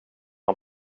han